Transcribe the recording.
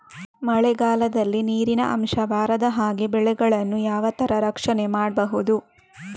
ಮಳೆಗಾಲದಲ್ಲಿ ನೀರಿನ ಅಂಶ ಬಾರದ ಹಾಗೆ ಬೆಳೆಗಳನ್ನು ಯಾವ ತರ ರಕ್ಷಣೆ ಮಾಡ್ಬಹುದು?